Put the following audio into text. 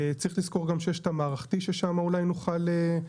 צריך לזכור שיש גם את הפן המערכתי ששם אולי נוכל לסייע.